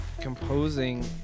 composing